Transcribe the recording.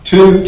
Two